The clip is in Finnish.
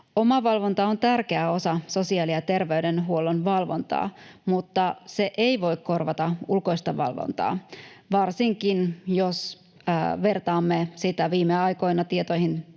Omavalvonta on tärkeä osa sosiaali- ja terveydenhuollon valvontaa, mutta se ei voi korvata ulkoista valvontaa, varsinkin jos vertaamme sitä viime aikoina tietoomme